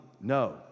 No